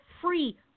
free